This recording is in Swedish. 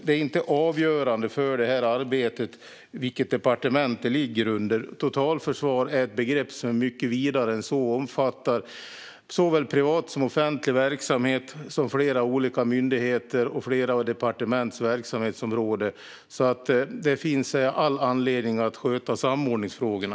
Det är inte avgörande för det här arbetet vilket departement det ligger under. Totalförsvar är ett begrepp som är mycket vidare än så och omfattar såväl privat som offentlig verksamhet, flera olika myndigheter och flera departements verksamhetsområden. Det finns alltså all anledning att sköta samordningsfrågorna.